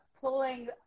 pulling